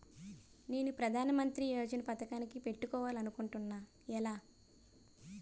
నేను ప్రధానమంత్రి యోజన పథకానికి పెట్టుకోవాలి అనుకుంటున్నా ఎలా?